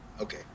okay